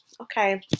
okay